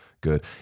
good